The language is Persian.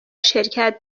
شرکت